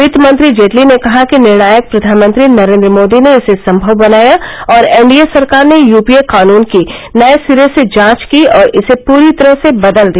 वित्तमंत्री जेटली ने कहा कि निर्णायक प्रधानमंत्री नरेन्द्र मोदी ने इसे संभव बनाया और एनडीए सरकार ने यूपीए कानून की नए सिरे से जांच की और इसे पूरी तरह बदल दिया